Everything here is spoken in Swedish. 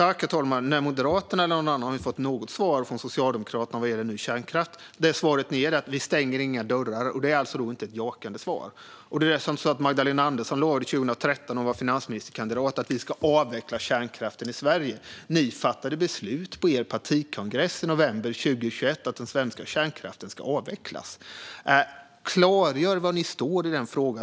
Herr talman! Varken Moderaterna eller någon annan har fått något svar från Socialdemokraterna vad gäller ny kärnkraft. Det svar som Socialdemokraterna ger är att man inte stänger några dörrar, och det är inte något jakande svar. Det är dessutom så att Magdalena Andersson år 2013, när hon var finansministerkandidat, lovade att avveckla kärnkraften i Sverige. Ni fattade beslut på er partikongress i november 2021 om att den svenska kärnkraften skulle avvecklas. Klargör var ni står i den frågan!